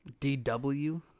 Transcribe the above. DW